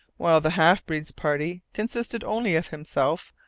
while the half-breed's party consisted only of himself,